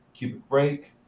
cubic break,